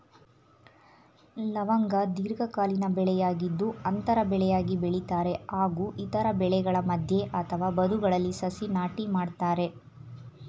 ಲವಂಗ ದೀರ್ಘಕಾಲೀನ ಬೆಳೆಯಾಗಿದ್ದು ಅಂತರ ಬೆಳೆಯಾಗಿ ಬೆಳಿತಾರೆ ಹಾಗೂ ಇತರ ಬೆಳೆಗಳ ಮಧ್ಯೆ ಅಥವಾ ಬದುಗಳಲ್ಲಿ ಸಸಿ ನಾಟಿ ಮಾಡ್ತರೆ